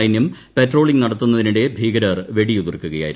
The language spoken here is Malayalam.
സൈന്യം പട്രോളിംഗ് നടത്തുന്നതിനിടെ ഭീകരർ വെടിയുതിർക്കുകയായിരുന്നു